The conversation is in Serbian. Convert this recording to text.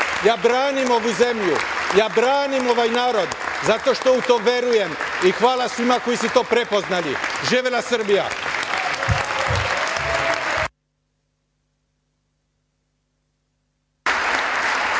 ja branim ovu zemlju, ja branim ovaj narod, zato što u to verujem i hvala svima koji su to prepoznali. Živela Srbija!